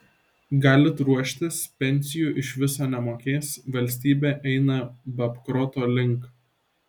galit ruoštis pensijų iš viso nemokės valstybė eina babkroto link